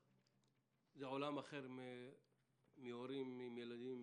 הם עולם אחר מאשר של הורים וילדים